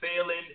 failing